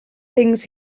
things